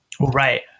Right